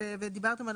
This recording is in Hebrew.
דיברתם על